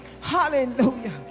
Hallelujah